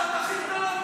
את.